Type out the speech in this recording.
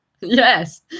yes